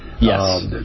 Yes